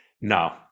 No